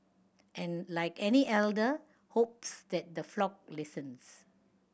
and like any elder hopes that the flock listens